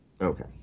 Okay